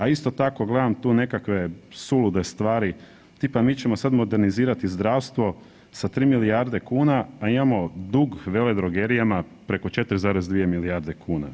A isto tako gledam tu nekakve sulude stvari, tipa mi ćemo sad modernizirati zdravstvo sa 3 milijarde kuna, a imamo dug veledrogerijama preko 4,2 milijarde kuna.